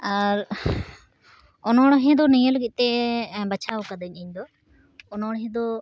ᱟᱨ ᱚᱱᱚᱲᱦᱮ ᱫᱚ ᱱᱤᱭᱟᱹ ᱞᱟᱹᱜᱤᱫ ᱛᱮ ᱵᱟᱪᱷᱟᱣ ᱠᱟᱹᱫᱤᱧ ᱤᱧ ᱫᱚ ᱚᱱᱚᱲᱦᱮ ᱫᱚ